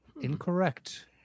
Incorrect